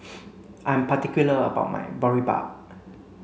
I am particular about my Boribap